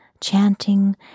chanting